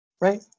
Right